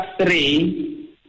three